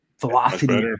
velocity